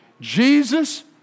Jesus